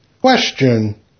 Question